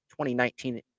2019